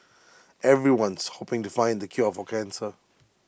everyone's hoping to find the cure for cancer